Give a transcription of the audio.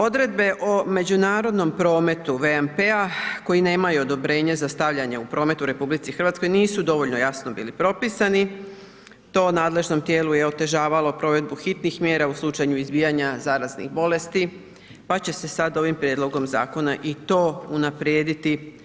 Odredbe o međunarodnom prometu VMP-a koji nemaju odobrenje za stavljanje u promet u RH nisu dovoljno jasno bili propisani, to nadležnom tijelu je otežavalo provedu hitnih mjera u slučaju izbijanja zaraznih bolesti, pa će se sad ovim prijedlogom zakona i to unaprijediti.